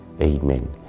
Amen